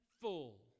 full